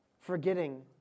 Forgetting